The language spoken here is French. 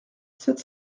sept